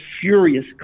furious